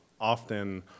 often